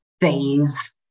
phase